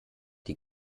die